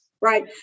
right